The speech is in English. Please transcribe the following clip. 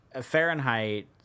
Fahrenheit